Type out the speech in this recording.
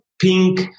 pink